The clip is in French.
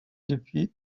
depuis